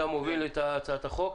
אתה תוביל את הצעת החוק.